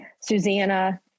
Susanna